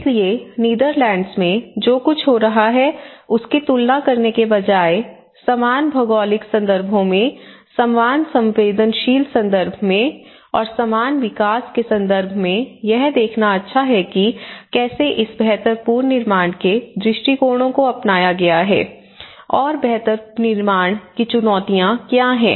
इसलिए नीदरलैंड में जो कुछ हो रहा है उसकी तुलना करने के बजाय समान भौगोलिक संदर्भों में समान संवेदनशील संदर्भ में और समान विकास के संदर्भ में यह देखना अच्छा है कि कैसे इस बेहतर पूर्ण निर्माण के दृष्टिकोणों को अपनाया गया है और बेहतर निर्माण की चुनौतियां क्या हैं